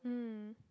mm